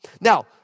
Now